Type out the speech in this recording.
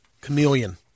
chameleon